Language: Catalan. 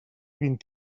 vint